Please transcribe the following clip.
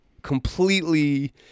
completely